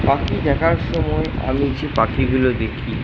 পাখি দেখার সময় আমি যে পাখিগুলো দেখি